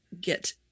get